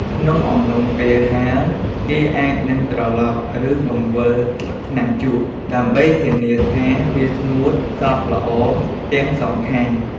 ក្នុងអំឡុងពេលហាល គេអាចនឹងត្រឡប់ ឬបង្វិលស្លឹកថ្នាំជក់ ដើម្បីធានាថាវាស្ងួតសព្វល្អទាំងសងខាង។